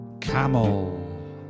Camel